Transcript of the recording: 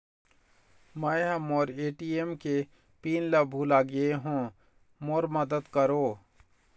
मै ह मोर ए.टी.एम के पिन ला भुला गे हों मोर मदद करौ